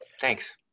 Thanks